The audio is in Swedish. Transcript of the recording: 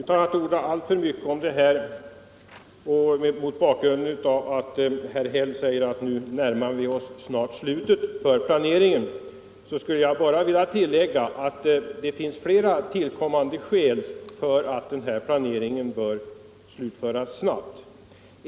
Herr talman! Mot bakgrund av att herr Häll sade att vi nu närmar oss slutet för planeringen vill jag tillägga, utan att orda för mycket om detta, att det finns flera tillkommande skäl för att planeringen bör slutföras snart.